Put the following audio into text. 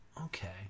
Okay